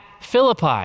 Philippi